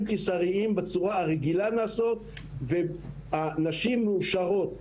קיסריים בצורה הרגילה נעשים ונשים מאושרות.